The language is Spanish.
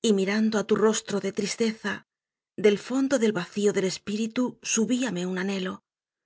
y mirando á tu rostro de tristeza del fondo del vacío del espíritu subíame un anhelo